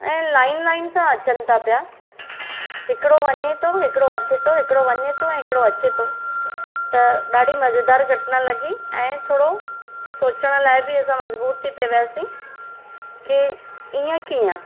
ऐं line line सां अचनि था पिया हिकिड़ो वञे थो हिकिड़ो अचे थो हिकिड़ो वञे थो ऐं हिकिड़ो अचे थो त ॾाढी मज़ेदार घटना लॻी ऐं थोरो सोचण लाइ बि असां मजबूरु थी पिए वियासीं कि ईअं किअं